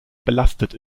belastet